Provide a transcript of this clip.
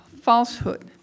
falsehood